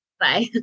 Bye